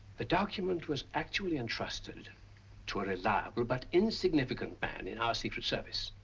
the document was actually entrusted to a reliable but insignificant man in our secret service.